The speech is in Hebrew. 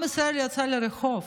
עם ישראל יצא לרחוב,